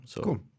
cool